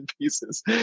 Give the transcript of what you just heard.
pieces